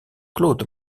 claude